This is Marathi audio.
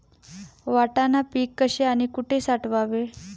वाटाणा पीक कसे आणि कुठे साठवावे?